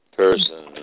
person